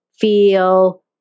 feel